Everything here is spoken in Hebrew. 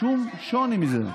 שום שוני מזה.